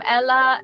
Ella